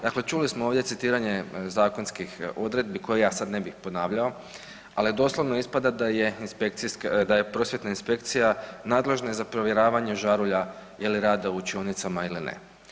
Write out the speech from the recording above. Dakle, čuli smo ovdje citiranje zakonskih odredbi koje ja sad ne bih ponavljao, ali doslovno ispada da je Prosvjetna inspekcija nadležna za provjeravanje žarulja je li rade u učionicama ili ne.